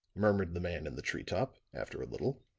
murmured the man in the tree-top, after a little.